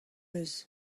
eus